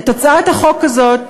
את הצעת החוק הזאת